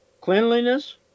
cleanliness